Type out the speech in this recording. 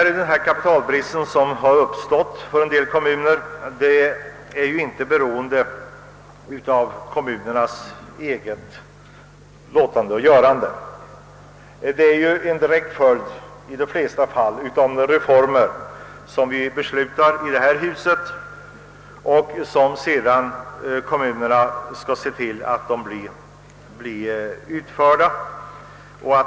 Den kapitalbrist som uppstått för en del kommuner beror inte på dessa kommuners görande och låtande. Den är i de flesta fall en direkt följd av reformer som vi har beslutat i detta hus och som kommunerna skall se till att genomföra.